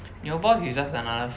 your boss is just another